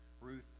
Ruth